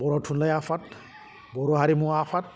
बर' थुनलाइ आफाद बर' हारिमु आफाद